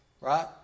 right